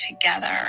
together